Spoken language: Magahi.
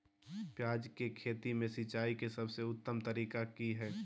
प्याज के खेती में सिंचाई के सबसे उत्तम तरीका की है?